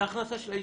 זה הכנסה של האישה.